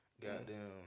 Goddamn